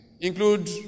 include